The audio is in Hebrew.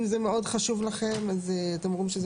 אם זה מאוד חשוב לכם ואתם אומרים שזה